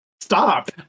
stop